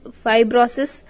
fibrosis